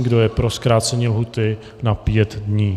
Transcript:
Kdo je pro zkrácení lhůty na 5 dní?